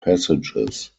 passages